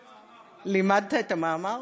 לימדתי את המאמר.